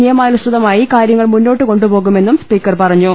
നിയമാനുസൃതമായി കാര്യങ്ങൾ മുന്നോട്ട് കൊണ്ടു പോകുമെന്നും സ്പീക്കർ പറഞ്ഞു